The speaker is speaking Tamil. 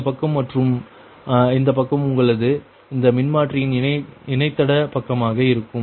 இந்த பக்கம் மற்றும் இந்த பக்கம் உங்களது அந்த மின்மாற்றியின் இணைத்தட பக்கமாக இருக்கும்